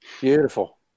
Beautiful